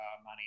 money